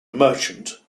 merchant